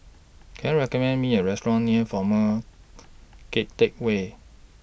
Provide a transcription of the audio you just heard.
Can YOU recommend Me A Restaurant near Former Keng Teck Whay